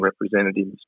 representatives